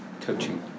coaching